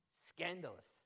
Scandalous